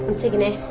antigone!